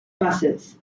buses